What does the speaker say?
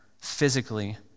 physically